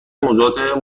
موضوعات